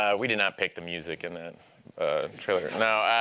ah we did not pick the music in the trailer. no,